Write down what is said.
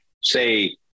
say